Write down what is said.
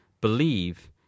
believe